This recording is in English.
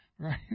Right